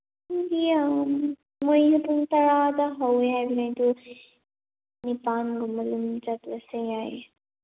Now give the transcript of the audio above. ꯃꯤꯗꯤ ꯌꯥꯝ ꯃꯣꯏꯅ ꯄꯨꯡ ꯇꯔꯥꯗ ꯍꯧꯋꯦ ꯍꯥꯏꯕꯅꯤ ꯑꯗꯨ ꯅꯤꯄꯥꯟꯒꯨꯝꯕꯗ ꯑꯗꯨꯝ ꯆꯠꯄꯁꯨ ꯌꯥꯏꯌꯦ